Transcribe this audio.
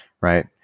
right